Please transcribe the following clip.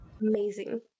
amazing